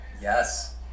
Yes